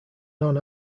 non